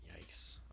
Yikes